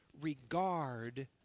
regard